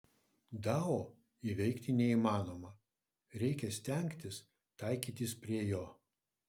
dao įveikti neįmanoma reikia stengtis taikytis prie jo